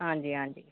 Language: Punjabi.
ਹਾਂਜੀ ਹਾਂਜੀ